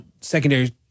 secondary